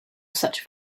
such